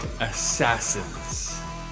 assassins